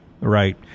right